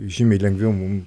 žymiai lengviau mum